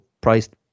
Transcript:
priced